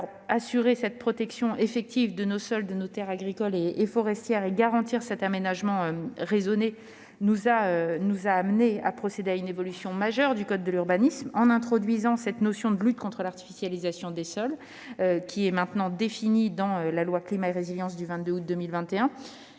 Pour assurer une protection effective de nos sols, de nos terres agricoles et forestières, et garantir un aménagement raisonné, nous avons procédé à une évolution majeure du code de l'urbanisme en y introduisant la notion de lutte contre l'artificialisation des sols, définie par la loi Climat et résilience du 22 août 2021.